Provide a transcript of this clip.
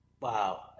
Wow